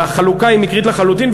החלוקה היא מקרית לחלוטין,